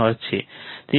15 hertz છે